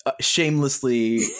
shamelessly